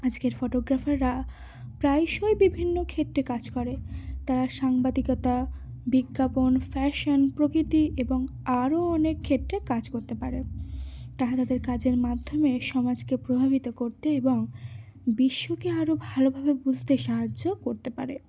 আজকের ফটোগ্রাফাররা প্রায়শই বিভিন্ন ক্ষেত্রে কাজ করে তারা সাংবাদিকতা বিজ্ঞাপন ফ্যাশন প্রকৃতি এবং আরও অনেক ক্ষেত্রে কাজ করতে পারে তারা তাদের কাজের মাধ্যমে সমাজকে প্রভাবিত করতে এবং বিশ্বকে আরও ভালোভাবে বুঝতে সাহায্য করতে পারে